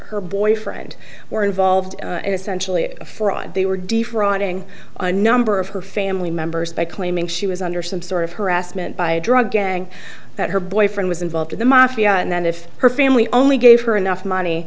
her boyfriend were involved in essentially a fraud they were defrauding a number of her family members by claiming she was under some sort of harassment by a drug gang that her boyfriend was involved in the mafia and then if her family only gave her enough money